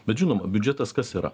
bet žinoma biudžetas kas yra